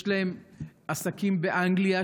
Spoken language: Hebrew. יש להם עסקים באנגליה,